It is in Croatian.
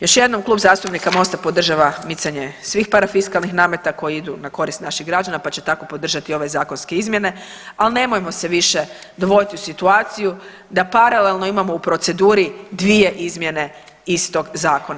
Još jednom Klub zastupnika Mosta podržava micanje svih parafiskalnih nameta koji idu na korist naših građana pa će tako podržati i ove zakonske izmjene, al nemojmo se više dovoditi u situaciju da paralelno imamo u proceduri dvije izmjene istog zakona.